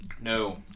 No